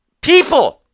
People